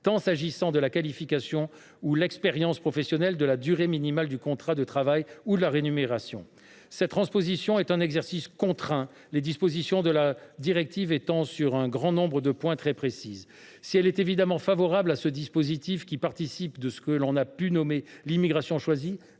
qu’il s’agisse de la qualification et de l’expérience professionnelles, de la durée minimale du contrat de travail ou de la rémunération. Cette transposition est un exercice contraint, les dispositions de la directive étant, sur un grand nombre de points, très précises. Si elle est évidemment favorable à ce dispositif, qui participe de ce que l’on a pu nommer l’immigration choisie,